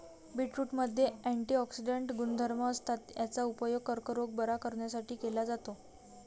बीटरूटमध्ये अँटिऑक्सिडेंट गुणधर्म असतात, याचा उपयोग कर्करोग बरा करण्यासाठी केला जातो